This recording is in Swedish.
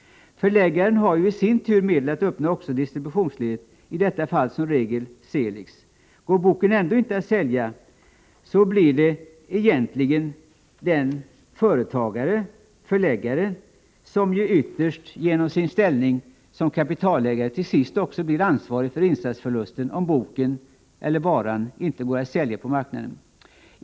Förläggaren har ju i sin tur medel att öppna också distributionsledet, i detta fall som regel genom Seelig. Går boken ändå inte att sälja är det den egentliga företagaren, förläggaren, som ytterst, genom sin ställning som kapitalägare, till sist också blir ansvarig för insatsförlusten.